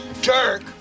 jerk